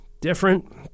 different